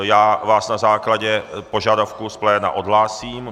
Já vás na základě požadavku z pléna odhlásím.